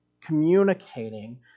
communicating